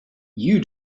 you